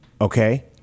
okay